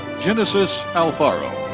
genesis alfaro.